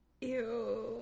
Ew